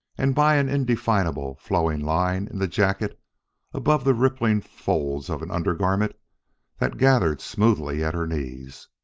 and by an indefinable, flowing line in the jacket above the rippling folds of an undergarment that gathered smoothly at her knees.